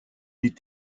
est